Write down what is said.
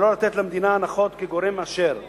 ולא לתת למדינה הנחות כגורם מאשר.